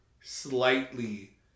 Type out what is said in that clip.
slightly